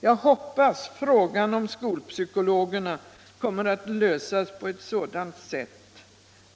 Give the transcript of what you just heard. Jag hoppas att frågan om skolpsykologerna kommer att lösas på ett sådant sätt